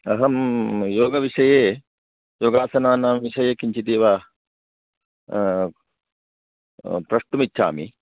अहं योगविषये योगासनानां विषये किञ्चिद् इव प्रष्टुम् इच्छामि